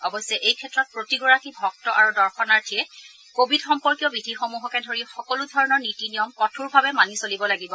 অৱশ্যে এই ক্ষেত্ৰত প্ৰতিগৰাকী ভক্ত আৰু দৰ্শনাৰ্থীয়ে কোৱিড সম্পৰ্কীয় বিধিসমূহকে ধৰি সকলো ধৰণৰ নীতি নিয়ম কঠোৰভাৱে মানি চলিব লাগিব